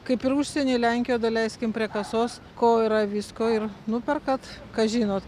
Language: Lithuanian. kaip ir užsieny lenkijoj leiskim prie kasos ko yra visko ir nuperkat ką žinot